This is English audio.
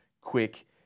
quick